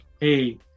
hey